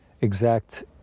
exact